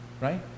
right